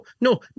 no